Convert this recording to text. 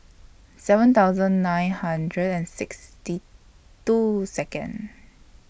seven thousand nine hundred and sixty two Second